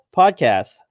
podcast